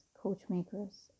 coachmakers